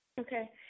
okay